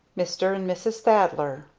mr. and mrs. thaddler,